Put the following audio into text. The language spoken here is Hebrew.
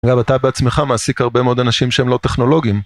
אגב, אתה בעצמך מעסיק הרבה מאוד אנשים שהם לא טכנולוגים.